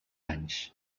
anys